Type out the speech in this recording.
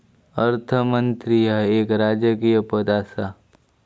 अर्थमंत्री ह्या एक राजकीय पद आसा